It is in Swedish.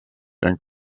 den